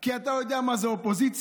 כי אתה יודע מה זה אופוזיציה,